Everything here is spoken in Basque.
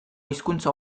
hizkuntza